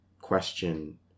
question